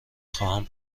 خواهم